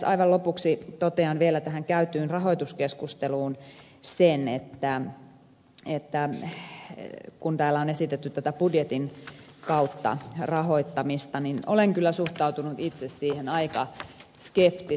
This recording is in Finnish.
aivan lopuksi totean vielä tähän käytyyn rahoituskeskusteluun sen että kun täällä on esitetty budjetin kautta rahoittamista niin olen kyllä suhtautunut itse siihen aika skeptisesti